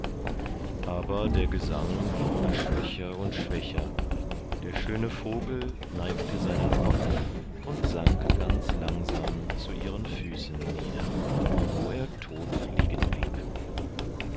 aber der gesang wurde schwächer und schwächer der schöne vogel neigte seinen kopf und sank ganz langsam zu ihren füßen nieder wo er tot liegen blieb